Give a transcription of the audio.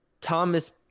thomas